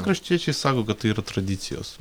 kraštiečiai sako kad tai yra tradicijos